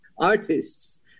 artists